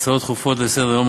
הצעה דחופה לסדר-היום,